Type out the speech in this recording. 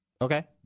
Okay